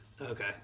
Okay